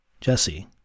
Jesse